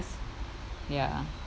ya